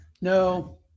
No